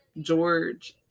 George